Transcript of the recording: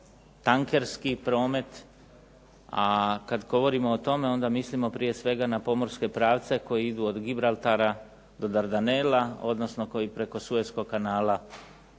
tankerski promet, kada govorimo o tome onda mislimo prije svega na pomorske pravce koji idu od Gibraltara do Dardanela odnosno koji preko Sueskog kanala